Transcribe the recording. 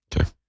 Okay